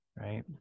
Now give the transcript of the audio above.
right